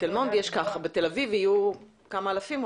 בתל מונד יש 50 אבל בתל אביב יהיו אולי כמה אלפים.